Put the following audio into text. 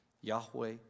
Yahweh